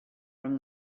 from